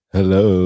Hello